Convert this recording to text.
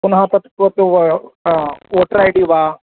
पुनः तत् व ओटर् ऐ डि वा